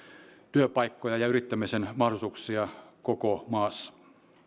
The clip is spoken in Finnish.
työpaikkoja ja yrittämisen mahdollisuuksia koko maassa